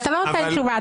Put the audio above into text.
אתה לא נותן תשובה.